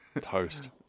toast